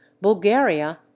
Bulgaria